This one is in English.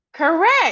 correct